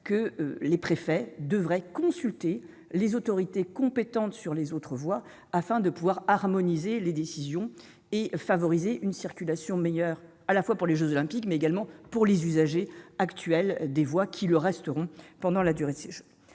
que les préfets devraient consulter les autorités compétentes sur les autres voies, afin de pouvoir harmoniser les décisions et favoriser une circulation meilleure à la fois pour les jeux Olympiques, mais également pour les usagers actuels des voies, qui le resteront pendant la durée des Jeux.